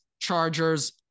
Chargers